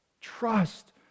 trust